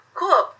Cool